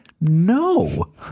No